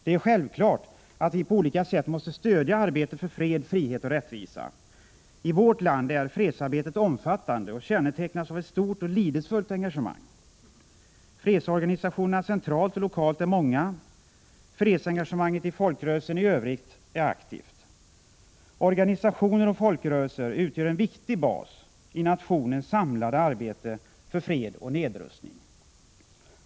Det är självklart att vi på olika sätt måste stödja arbetet för fred, frihet och rättvisa. I vårt land är fredsarbetet omfattande och kännetecknas av ett stort och lidelsefullt engagemang. Fredsorganisationerna centralt och lokalt är många. Fredsengagemanget i folkrörelsen i övrigt är aktivt. Organisationer och folkrörelser utgör en viktig bas i nationens samlade arbete för fred och nedrustning.